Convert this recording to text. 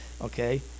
okay